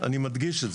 אני מדגיש את זה.